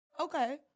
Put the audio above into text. Okay